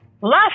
last